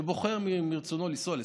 שבוחר מרצונו לנסוע,